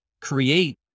create